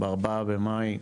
ב-4 במאי,